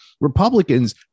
Republicans